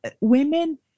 women